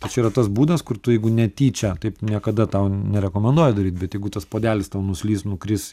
tačiau yra tas būdas kur tu jeigu netyčia taip niekada tau nerekomenduoju daryt bet jeigu tas puodelis tau nuslys nukris